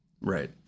Right